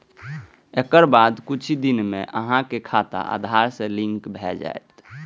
एकर बाद किछु दिन मे अहांक खाता आधार सं लिंक भए जायत